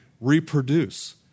reproduce